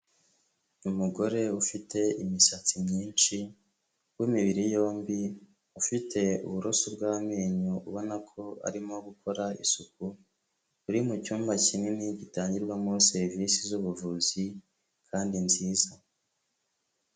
Umugore ufite imisatsi myinshi w'imibiri yombi, ufite uburoso bw'amenyo ubona ko arimo gukora isuku, uri mu cyumba kinini gitangirwamo serivisi z'ubuvuzi kandi nziza.